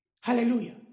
Hallelujah